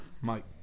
Mike